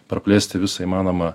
praplėsti visą įmanomą